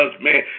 man